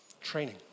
Training